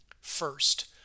First